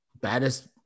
baddest